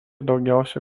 daugiausia